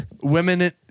Women